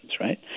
right